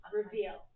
reveal